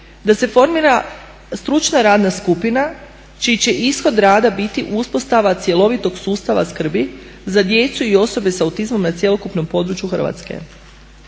da se formira stručna radna skupina čiji će ishod rada biti uspostava cjelovitog sustava skrbi za djecu i osobe s autizmom na cjelokupnom području Hrvatske.